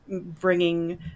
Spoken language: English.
bringing